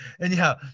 Anyhow